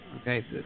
Okay